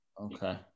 Okay